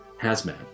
hazmat